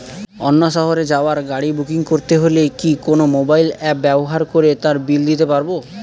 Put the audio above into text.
অন্য শহরে যাওয়ার গাড়ী বুকিং করতে হলে কি কোনো মোবাইল অ্যাপ ব্যবহার করে তার বিল দিতে পারব?